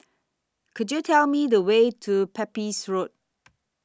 Could YOU Tell Me The Way to Pepys Road